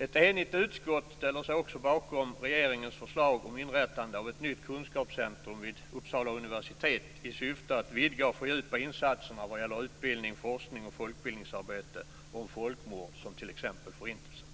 Ett enigt utskott ställer sig bakom regeringens förslag om inrättande av ett nytt kunskapscentrum vid Uppsala universitet i syfte att vidga och fördjupa insatserna vad gäller utbildning, forskning och folkbildningsarbete om folkmord som t.ex. Förintelsen.